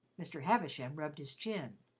mr. havisham rubbed his chin.